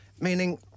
meaning